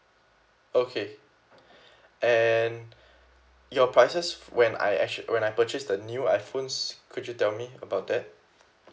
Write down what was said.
okay and your prices when I actually when I purchase the new iphones could you tell me about that